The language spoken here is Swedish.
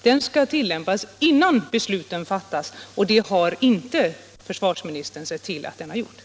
Den skall tillämpas innan besluten fattas, men försvarsministern har inte sett till att det har gjorts.